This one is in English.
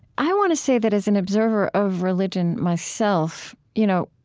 i want to say that as an observer of religion myself, you know,